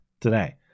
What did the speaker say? today